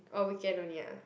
oh weekend only ah